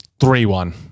three-one